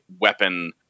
weapon